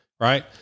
right